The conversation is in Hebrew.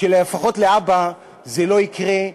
שלפחות להבא זה לא יקרה,